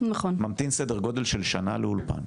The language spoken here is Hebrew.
ממתין סדר גודל של שנה לאולפן.